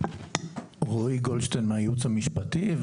רועי גולדשטיין מהייעוץ המשפטי,